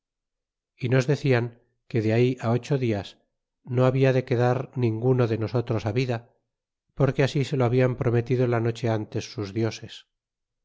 y nos decian que de ahí á ocho dias no habla de quedar ninguno de nosotros á vida porque así se lo hablan prometido la noche antes sus dioses